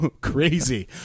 crazy